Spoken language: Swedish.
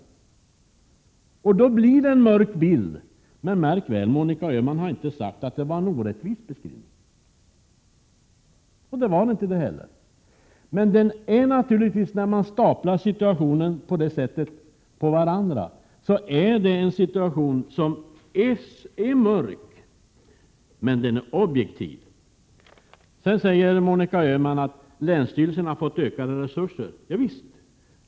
Gör man en sådan presentation blir det en mörk bild — men märk väl att Monica Öhman inte har sagt att bilden är orättvis! När man staplar problem på varandra på detta sätt visar det givetvis att situationen är mörk — men det är en objektiv redovisning. Monica Öhman säger vidare att länsstyrelsen har fått ökade resurser. Javisst.